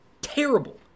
Terrible